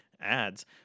ads